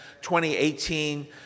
2018